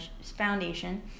Foundation